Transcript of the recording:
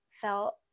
felt